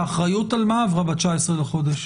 האחריות על מה עברה ב-19 לחודש?